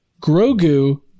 Grogu